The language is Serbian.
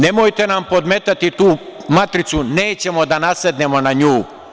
Nemojte nam podmetati tu matricu, nećemo da nasednemo na nju.